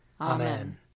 Amen